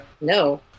No